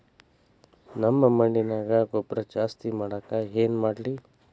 ನಮ್ಮ ಮಣ್ಣಿನ್ಯಾಗ ಗೊಬ್ರಾ ಜಾಸ್ತಿ ಮಾಡಾಕ ಏನ್ ಮಾಡ್ಲಿ?